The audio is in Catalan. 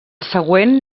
següent